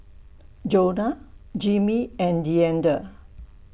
Jonah Jimmy and Deandre